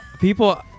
People-